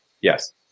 Yes